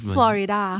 Florida